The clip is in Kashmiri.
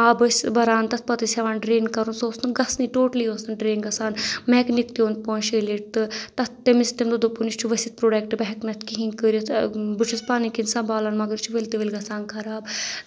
آب ٲسۍ بَران تَتھ پَتہٕ ٲسۍ ہیٚوان ڈرین کَرُن سُہ اوس نہٕ گژھنٕے ٹوٹلی اوس نہٕ ڈرین گژھان میکنِک تہِ اوٚن پانٛژھِ شیٚیہِ لِٹ تہٕ تَتھ تٔمِس دوٚپُن یہِ چھُ ؤسِتھ پروڈَکٹہٕ بہٕ ہؠکہٕ نہٕ اَتھ کِہینۍ کٔرِتھ بہٕ چھُس پَنٕنۍ کِنۍ سَمبالان مَگر یہِ چھُ ؤلۍ تہِ ؤلۍ گژھان خراب